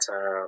time